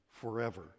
forever